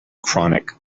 chronic